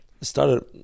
started